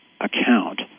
account